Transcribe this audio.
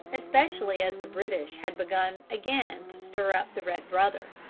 especially as the british had begun again to stir up the red brother.